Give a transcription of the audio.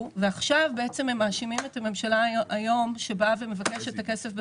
ועכשיו הם מאשימים את הממשלה שבאה ומבקשת את הכסף חזרה.